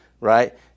right